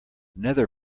nether